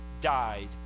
died